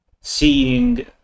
seeing